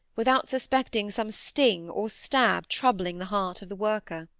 without suspecting some sting or stab troubling the heart of the worker.